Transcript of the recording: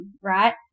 right